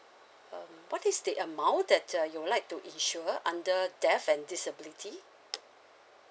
um what is the amount that uh you would like to insure under death and disability